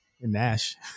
Nash